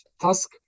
task